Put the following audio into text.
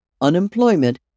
unemployment